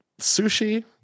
sushi